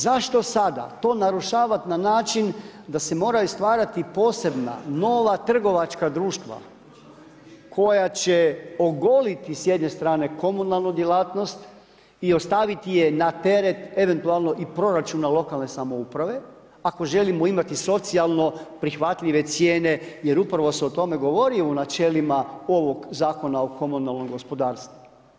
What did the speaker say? Zašto sada to narušavati na način da se moraju stvarati posebna, nova trgovačka društva koja će ogoliti s jedne strane komunalnu djelatnost i ostaviti je na teret eventualno i proračuna lokalne samouprave ako želimo imati socijalno prihvatljive cijene jer upravo se to govori u načelima ovog Zakona o komunalnom gospodarstvu.